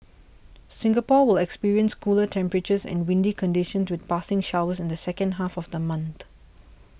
Singapore will experience cooler temperatures and windy conditions with passing showers in the second half of the month